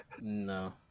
No